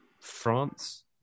france